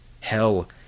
Hell